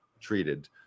treated